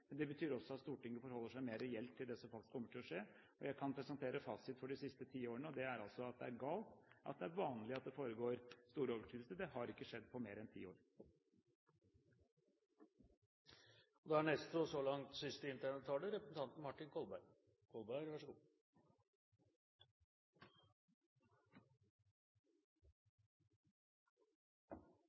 Men det betyr også at Stortinget forholder seg mer reelt til det som faktisk kommer til å skje. Jeg kan presentere fasit for de siste ti årene, og det er at det er galt at det er vanlig at det skjer store overskridelser – det har ikke skjedd på over ti år. Jeg viser til innleggene til representantene Nybakk og Foss som dekker mitt syn i denne saken. Jeg tar ordet på slutten av denne debatten fordi representanten